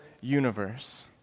universe